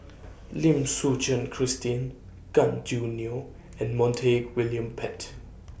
Lim Suchen Christine Gan Choo Neo and Montague William Pett